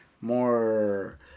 more